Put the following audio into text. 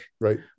right